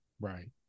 Right